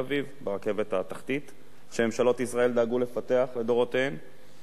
ברכבת התחתית שממשלות ישראל לדורותיהן דאגו לפתח,